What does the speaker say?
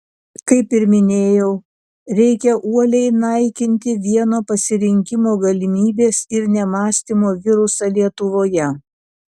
kaip ir minėjau reikia uoliai naikinti vieno pasirinkimo galimybės ir nemąstymo virusą lietuvoje